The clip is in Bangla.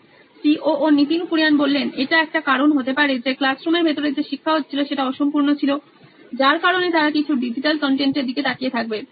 Nitin Kurian C O O নোইন ইলেকট্রনিক্স এটা একটা কারণ হতে পারে যে ক্লাস রুমের ভেতরে যে শিক্ষা হচ্ছিল সেটা অসম্পূর্ণ ছিল যার কারণে তারা কিছু ডিজিটাল কনটেন্ট এর দিকে তাকিয়ে থাকবে